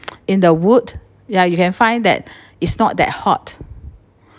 in the wood ya you can find that it's not that hot